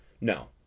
No